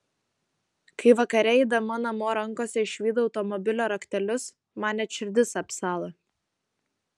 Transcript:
kai vakare eidama namo rankose išvydau automobilio raktelius man net širdis apsalo